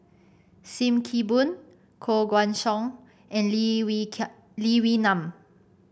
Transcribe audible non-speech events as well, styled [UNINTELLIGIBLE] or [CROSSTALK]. Sim Kee Boon Koh Guan Song and Lee Wee [UNINTELLIGIBLE] Lee Wee Nam